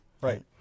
Right